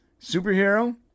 superhero